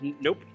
Nope